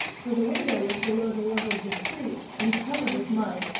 for the window was below the level of the street, and covered with mud,